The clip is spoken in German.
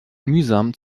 mühsam